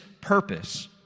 purpose